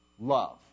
Love